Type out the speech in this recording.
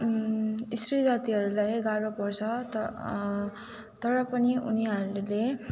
स्त्री जातिहरूलाई गाह्रो पर्छ तर तर पनि उनीहरूले